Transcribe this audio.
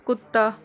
ਕੁੱਤਾ